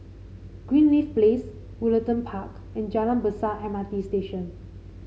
Greenleaf Place Woollerton Park and Jalan Besar M R T Station